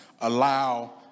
allow